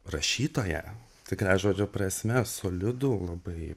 rašytoją tikrąja žodžio prasme solidų labai